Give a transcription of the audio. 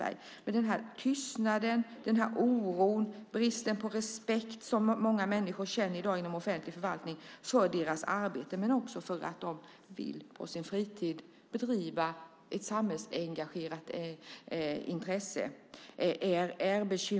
Det är bekymmersamt med den här tystnaden, oron och den brist på respekt som många människor känner i dag inom offentlig förvaltning, bristen på respekt för deras arbete men också för att de på sin fritid vill bedriva ett samhällsengagerat intresse.